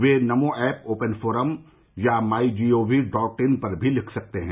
वे NaMo app open forum या my G O V dot in पर मी लिख सकते हैं